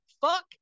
fuck